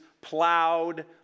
plowed